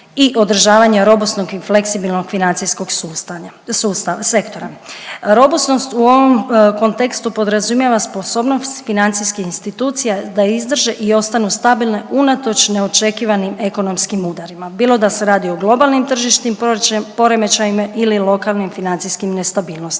i održavanja robusnog i fleksibilnog financijskog sustanja, sustava, sektora. Robusnost u ovom kontekstu podrazumijeva sposobnost financijskih institucija da izdrže i ostanu stabilne unatoč neočekivanim ekonomskim udarima bilo da se radi o globalnim tržišnim poremećajima ili lokalnim financijskim nestabilnostima.